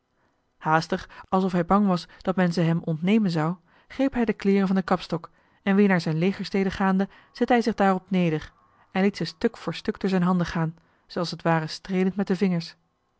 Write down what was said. haastig alsof hij bang was dat men ze hem ontnemen zou greep hij de kleeren van den kapstok en weer naar zijn legerstede gaande zette hij zich daarop neder en liet ze stuk voor stuk door zijn handen gaan ze als t ware streelend met de vingers